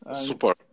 Super